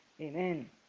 amen